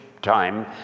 time